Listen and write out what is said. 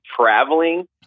traveling